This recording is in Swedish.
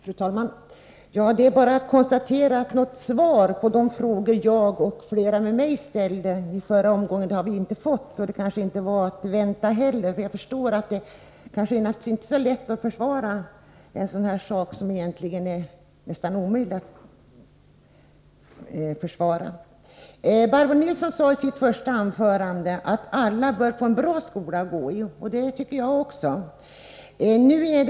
Fru talman! Det är bara att konstatera att jag och flera med mig inte har fått något svar på de frågor vi ställde i förra omgången, men det kanske inte heller var att vänta. Jag förstår att det inte är så lätt att försvara en sådan här sak — som ju är nästan omöjlig att försvara. Barbro Nilsson i Örnsköldsvik sade i sitt huvudanförande att alla bör få gå i en bra skola, och det tycker jag också.